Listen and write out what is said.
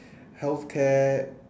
healthcare